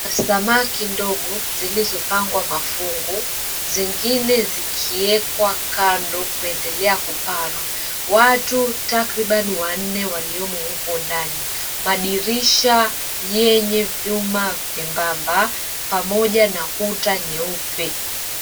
Samaki ndogo zilizopangwa mafungu zingine zikiwekwa kando kuendelea kupara watu takriban wanne waliomo huku ndani madirisha yenye vyuma vyebamba pamoja na kuta nyeupe.